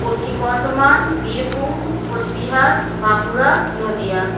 Paschim Bardhaman Birbhum Cooch Behar Bankura Nadia